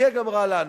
ויהיה גם רע לנו.